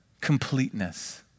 completeness